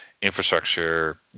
infrastructure